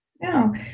No